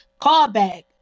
callback